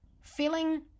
Feeling